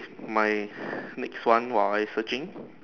my next one while searching